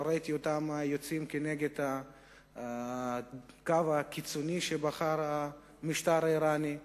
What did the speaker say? לא ראיתי אותם יוצאים כנגד הקו הקיצוני שבחר המשטר האירני.